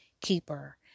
keeper